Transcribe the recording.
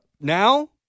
Now